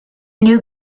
new